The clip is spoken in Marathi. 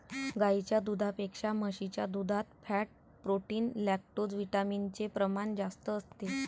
गाईच्या दुधापेक्षा म्हशीच्या दुधात फॅट, प्रोटीन, लैक्टोजविटामिन चे प्रमाण जास्त असते